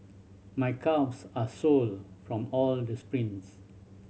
my calves are sore from all the sprints